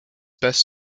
best